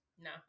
no